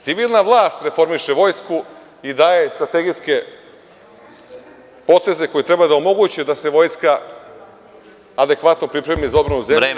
Civilna vlast reformiše vojsku i daje strategijske poteze koje treba da omoguće da se vojska adekvatno pripremi za odbranu zemlje…